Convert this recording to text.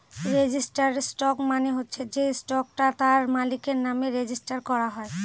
registered stock মানে হচ্ছে সে স্টকটা তার মালিকের নামে রেজিস্টার করা হয়